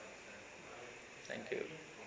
thank you